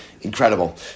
Incredible